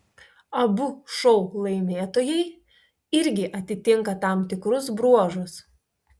abu šou laimėtojai irgi atitinka tam tikrus bruožus